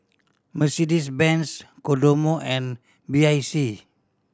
Mercedes Benz Kodomo and B I C